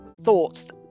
Thoughts